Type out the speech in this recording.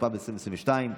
התשפ"ב 2022,